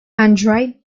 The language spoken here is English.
android